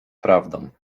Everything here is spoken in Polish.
prawdą